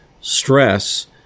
stress